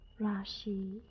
Rashi